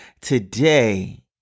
today